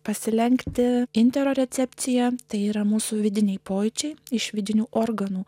pasilenkti inter recepciją tai yra mūsų vidiniai pojūčiai iš vidinių organų